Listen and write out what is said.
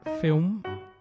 film